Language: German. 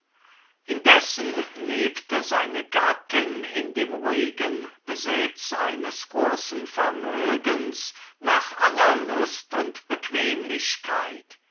indessen lebte seine gattin in dem ruhigen besitz eines großen vermögens nach aller lust und bequemlichkeit